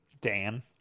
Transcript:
Dan